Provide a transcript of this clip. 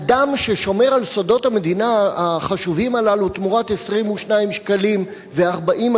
אדם ששומר על סודות המדינה החשובים הללו תמורת 22.40 שקלים לשעה,